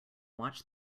watch